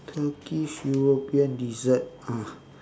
turkish european dessert ah